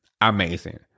Amazing